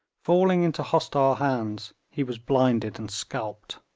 falling into hostile hands, he was blinded and scalped.